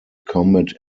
combat